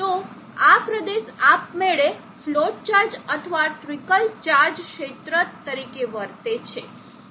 તો આ પ્રદેશ આપમેળે ફ્લોટ ચાર્જ અથવા ટ્રિકલ ચાર્જ ક્ષેત્ર તરીકે વર્તે છે